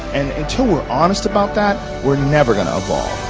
and until were honest about that. we're never going to evolve